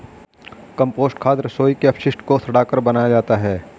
compost खाद रसोई के अपशिष्ट को सड़ाकर बनाया जाता है